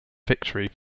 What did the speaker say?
victory